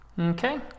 Okay